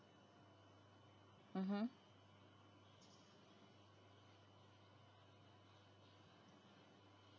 mmhmm